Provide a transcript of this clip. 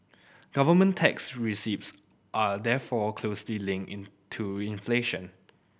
government tax receipts are therefore closely linked in to inflation